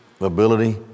ability